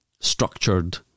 structured